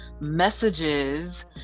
messages